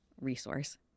resource